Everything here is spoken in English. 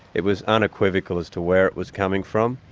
it was unequivocal as to where it was coming from.